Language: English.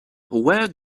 where